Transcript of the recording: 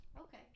Okay